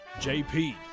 jp